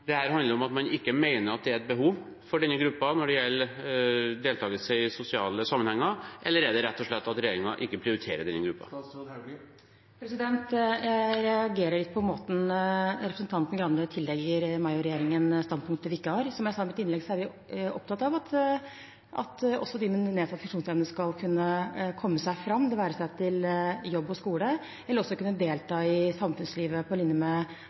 handler om at man ikke mener at det er et behov for denne gruppen når det gjelder deltakelse i sosiale sammenhenger, eller handler det rett og slett om at regjeringen ikke prioriterer denne gruppen? Jeg reagerer litt på måten representanten Grande tillegger meg og regjeringen standpunkter vi ikke har. Som jeg sa i mitt innlegg, er vi opptatt av at også de med nedsatt funksjonsevne skal kunne komme seg fram, det være seg til jobb eller skole, og at de skal kunne delta i samfunnslivet på linje med